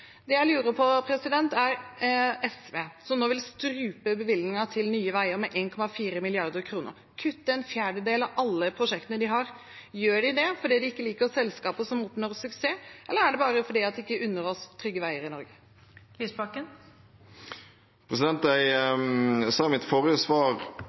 Det jeg lurer på når det gjelder SV, som nå vil strupe bevilgningene til Nye Veier med 1,4 mrd. kr, kutte en fjerdedel av alle prosjektene de har, er: Gjør de det fordi de ikke liker selskaper som oppnår suksess, eller er det bare fordi de ikke unner oss trygge veier i Norge? Jeg sa i mitt forrige svar